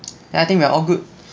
then I think we are all good